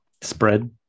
spread